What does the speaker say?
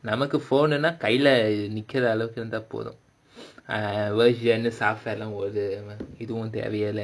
நமக்கு போனுனா கைல நிக்குற அளவுக்கு இருந்தா போதும்:nammakku ponunaa kaila nikkura alavukku irunthaa podhum software லாம் ஒரு இதுவும் தேவையில்ல:oru idhuvum thevailla